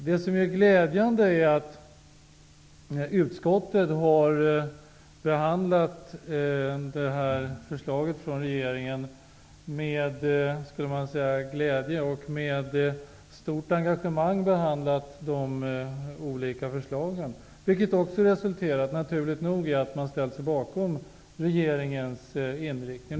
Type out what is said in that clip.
Det är glädjande att utskottet med glädje och stort engagemang har behandlat regeringens olika förslag, vilket naturligt nog också har resulterat i att man har ställt sig bakom regeringens inriktning.